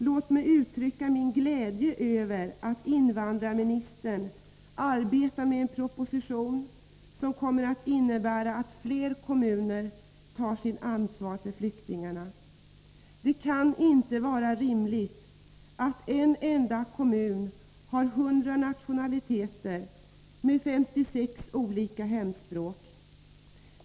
Låt mig uttrycka min glädje över att invandrarministern arbetar med en proposition som kommer att innebära att fler kommuner tar sitt ansvar för flyktingarna. Det kan inte vara rimligt att en enda kommun har 100 nationaliteter med 56 olika hemspråk.